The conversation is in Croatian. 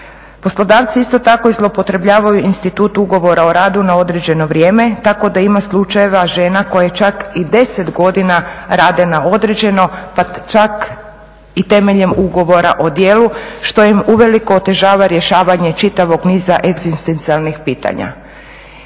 Poslodavci isto tako i zloupotrjebljavaju institut Ugovora o radu na određeno vrijeme tako da ima slučajeva žena koje čak i 10 godina rade na određeno pa čak i temeljem Ugovora o djelu što im uveliko otežava rješavanje čitavog niza egzistencijalnih pitanja.